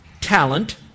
talent